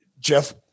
Jeff